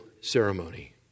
ceremony